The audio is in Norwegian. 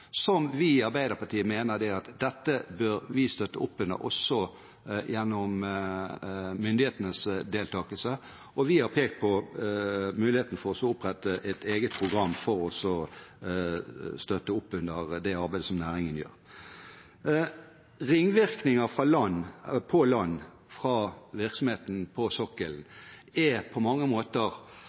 som vi i Arbeiderpartiet mener at vi bør støtte gjennom myndighetenes deltagelse, og vi har pekt på muligheten for å opprette et eget program for å støtte det arbeidet som næringen gjør. Ringvirkninger på land fra virksomheten på sokkelen er på mange måter